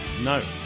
No